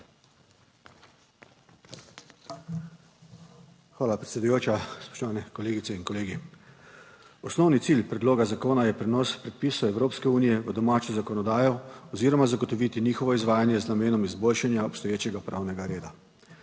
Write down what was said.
Hvala, predsedujoča. Spoštovane kolegice in kolegi! Osnovni cilj predloga zakona je prenos predpisov Evropske unije v domačo zakonodajo oziroma zagotoviti njihovo izvajanje z namenom izboljšanja obstoječega pravnega reda.